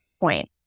point